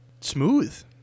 Smooth